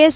S